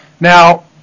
Now